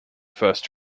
first